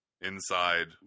Inside